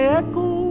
echo